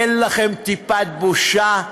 אין לכם טיפת בושה?